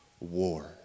war